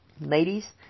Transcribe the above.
Ladies